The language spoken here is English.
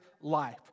life